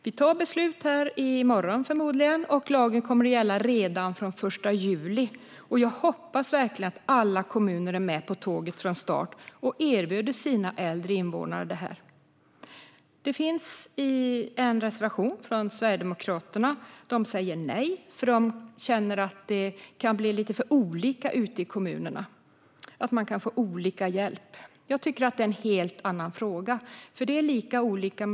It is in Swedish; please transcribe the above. Vi fattar beslut här i morgon, förmodligen, och lagen kommer att gälla redan från den 1 juli. Jag hoppas verkligen att alla kommuner är med på tåget från start och erbjuder sina äldre invånare detta. Det finns en reservation från Sverigedemokraterna, som säger nej. De känner att det kan bli lite för olika ute i kommunerna och att man kan få olika hjälp. Jag tycker att det är en helt annan fråga.